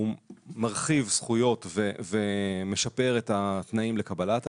הוא מרחיב זכויות ומשפר את התנאים לקבלת ההטבות,